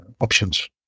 options